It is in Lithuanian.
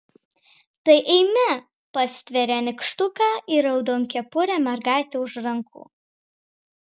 tai eime pastveria nykštuką ir raudonkepurę mergaitę už rankų